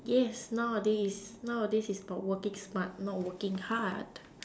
yes nowadays nowadays is about working smart not working hard